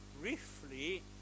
briefly